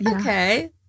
okay